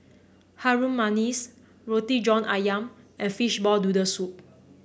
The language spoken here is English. Harum Manis Roti John ayam and Fishball Noodle Soup